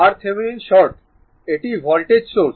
RThevenin short এটি voltage source